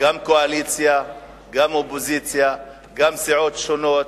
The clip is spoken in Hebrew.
גם הקואליציה וגם האופוזיציה וגם סיעות שונות,